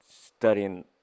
studying